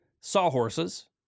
sawhorses